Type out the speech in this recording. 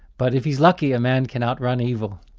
but if he's lucky, a man can out-run evil.